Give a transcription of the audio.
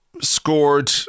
scored